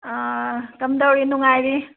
ꯑꯥ ꯀꯔꯝꯇꯧꯔꯤ ꯅꯨꯡꯉꯥꯏꯔꯤ